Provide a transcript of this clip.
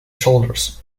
shoulders